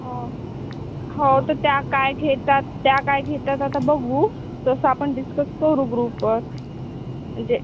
हो हो तर त्या काय घेतात त्या काय घेतात आता बघू तसं आपण डिस्कस करू ग्रुपवर म्हणजे